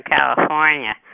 California